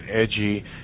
edgy